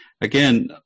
again